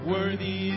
Worthy